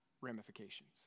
ramifications